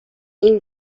این